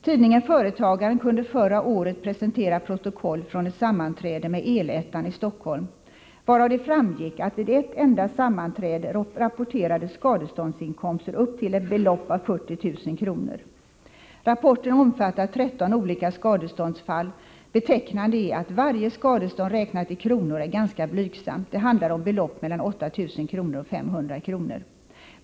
Tidningen Företagaren kunde förra året presentera protokoll från ett sammanträde med El-Ettan i Stockholm, varav det framgick att det vid ett enda sammanträde rapporterades skadeståndsinkomster upp till ett belopp av 40 000 kr. Rapporten omfattar 13 olika skadeståndsfall. Betecknande är att varje skadestånd räknat i kronor är ganska blygsamt. Det handlar om belopp mellan 8 000 kr. och 500 kr.